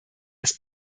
das